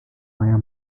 higher